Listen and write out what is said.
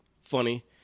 funny